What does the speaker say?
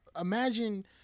imagine